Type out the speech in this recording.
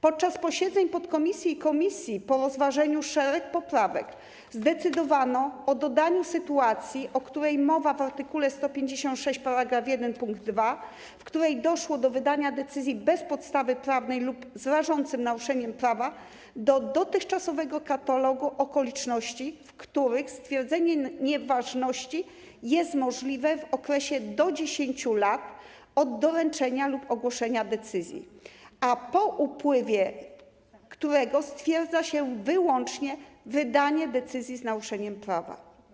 Podczas posiedzeń podkomisji i komisji, po rozważeniu szeregu poprawek, zdecydowano o dodaniu sytuacji, o której mowa w art. 156 § 1 pkt 2, w której doszło do wydania decyzji bez podstawy prawnej lub z rażącym naruszeniem prawa, do dotychczasowego katalogu okoliczności, w których stwierdzenie nieważności jest możliwe w okresie do 10 lat od doręczenia lub ogłoszenia decyzji, a po upływie którego stwierdza się wyłącznie wydanie decyzji z naruszeniem prawa.